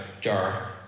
jar